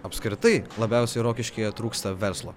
apskritai labiausiai rokiškyje trūksta verslo